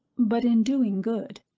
but in doing good.